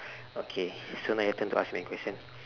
okay so now your turn to ask my questions